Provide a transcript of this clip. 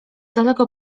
daleko